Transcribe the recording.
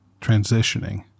transitioning